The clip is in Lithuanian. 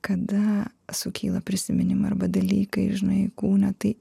kada sukyla prisiminimai arba dalykai žinai kūne tai